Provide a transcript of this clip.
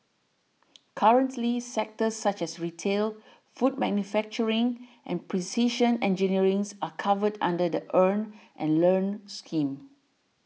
currently sectors such as retail food manufacturing and precision engineerings are covered under the Earn and Learn scheme